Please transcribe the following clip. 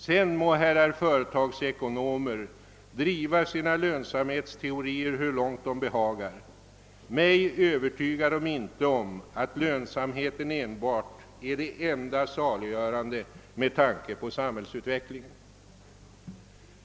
Sedan må herrar företagsekonomer driva sina lönsamhetsteorier hur långt de behagar — mig övertygar de inte om att lönsamheten är det allena saliggörande med tanke på samhällsutvecklingen.